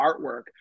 artwork